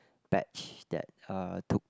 batch that uh took